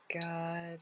god